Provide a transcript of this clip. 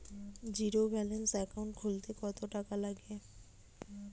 Zero balance account খুলতে কত টাকা লাগে?